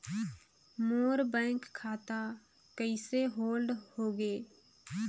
मोर bank खाता कइसे hold होगे?